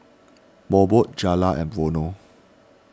Mobot Zalia and Vono